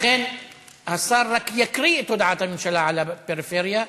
השר רק יקריא את הודעת הממשלה על הפריפריה,